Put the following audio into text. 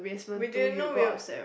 we didn't know we were